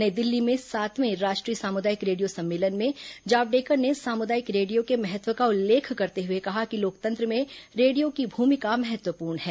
नई दिल्ली में सातवें राष्ट्रीय सामुदायिक रेडियो सम्मेलन में जावडेकर ने सामुदायिक रेडियो के महत्व का उल्लेख करते हुए कहा कि लोकतंत्र में रेडियो की भूमिका महत्वपूर्ण है